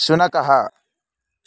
शुनकः